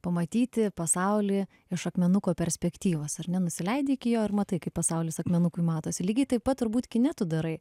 pamatyti pasaulį iš akmenuko perspektyvos ar ne nusileidi iki jo ir matai kaip pasaulis akmenukui matosi lygiai taip pat turbūt kine tu darai